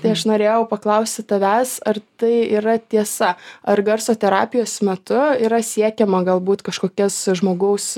tai aš norėjau paklausti tavęs ar tai yra tiesa ar garso terapijos metu yra siekiama galbūt kažkokias žmogaus